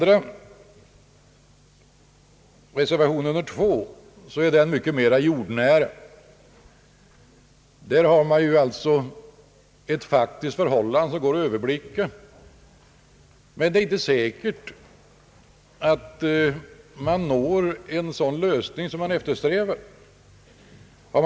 Reservationens andra punkt är mycket mera jordnära. Reservanterna rör sig där med ett faktiskt förhållande som går att överblicka. Det är dock inte säkert att de kan uppnå en sådan lösning som de eftersträvar.